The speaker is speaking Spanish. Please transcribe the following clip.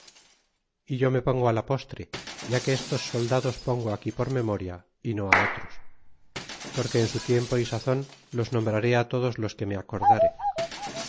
e yo me pongo la postre ya que estos soldados pongo aquí por memoria y no otros porque en su tiempo y sazon los nombrare todos los que me acordare